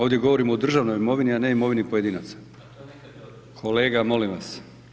Ovdje govorimo o državnom imovini a ne imovini pojedinaca. ... [[Upadica se ne čuje.]] Kolega, molim vas.